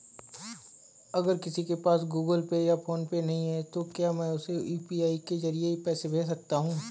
अगर किसी के पास गूगल पे या फोनपे नहीं है तो क्या मैं उसे यू.पी.आई के ज़रिए पैसे भेज सकता हूं?